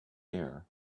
air